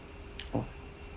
oh